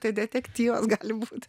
tai detektyvas gali būti